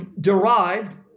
derived